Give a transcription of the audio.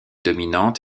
dominante